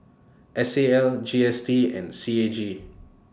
S A L G S T and C A G